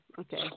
Okay